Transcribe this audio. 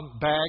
bag